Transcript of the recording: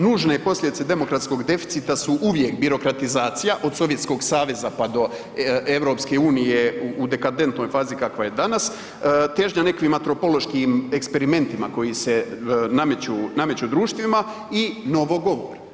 Nužne posljedice demokratskog deficita su uvijek birokratizacija od Sovjetskog saveza pa do EU u dekadentnoj fazi kakva je danas, težnja nekakvim antropološkim eksperimentima koji se nameću društvima i novogovor.